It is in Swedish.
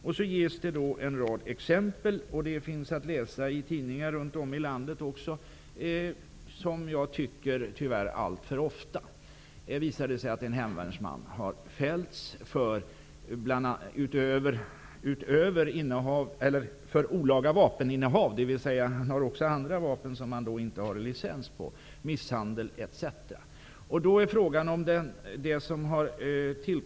Sedan följer ett par exempel som tyvärr förekommer alltför ofta -- dem kan man också läsa om i tidningar runt om i landet. Ett exempel är att en hemvärnsman utöver olaga vapeninnehav -- han hade också andra vapen hemma som han inte hade licens för -- också har fällts för misshandel.